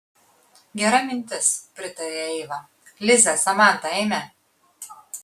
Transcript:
gera mintis pritarė eiva lize samanta eime